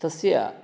तस्याः